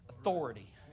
Authority